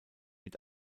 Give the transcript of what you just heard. mit